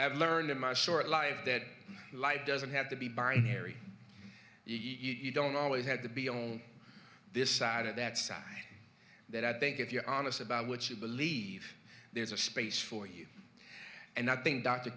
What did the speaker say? have learned in my short life that life doesn't have to be binary you don't always have to be on this side of that side that i think if you're honest about what you believe there's a space for you and i think d